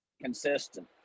consistent